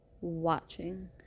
watching